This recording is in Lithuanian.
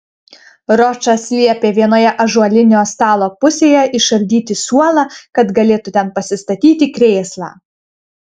ročas liepė vienoje ąžuolinio stalo pusėje išardyti suolą kad galėtų ten pasistatyti krėslą